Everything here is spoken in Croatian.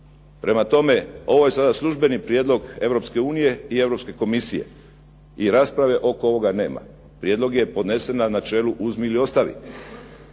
Prema tome, ovo je sada službeni prijedlog Europske unije i Europske komisije i rasprave oko ovoga nema. Prijedlog je podnesen na načelu uzmi ili ostavi.